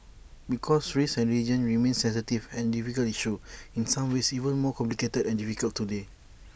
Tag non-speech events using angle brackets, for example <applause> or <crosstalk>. because race and region remain sensitive and difficult issues in some <noise> ways even more complicated and difficult today <noise>